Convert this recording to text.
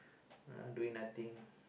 uh doing nothing